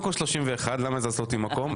קודם כל 31, למה הזזת אותי מקום?